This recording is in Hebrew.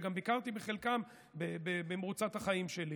שגם ביקרתי בחלקם במרוצת החיים שלי,